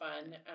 fun